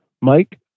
Mike